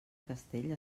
castell